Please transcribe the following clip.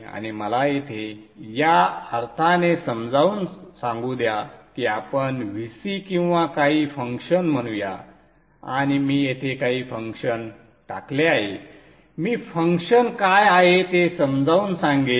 आणि मला येथे या अर्थाने समजावून सांगू द्या की आपण Vc किंवा काही फंक्शन म्हणूया आणि मी येथे काही फंक्शन टाकले आहे मी फंक्शन काय आहे ते समजावून सांगेन